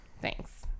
Thanks